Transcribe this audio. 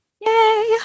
Yay